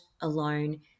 alone